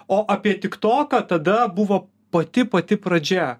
o apie tiktoką tada buvo pati pati pradžia